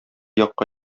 якка